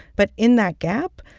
but in that gap,